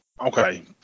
Okay